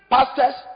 Pastors